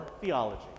theology